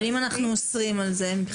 אבל אם אנחנו אוסרים על זה?